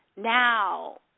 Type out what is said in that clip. Now